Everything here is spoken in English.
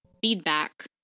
feedback